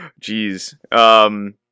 Jeez